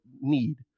need